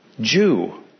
Jew